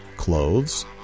clothes